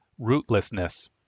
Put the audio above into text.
rootlessness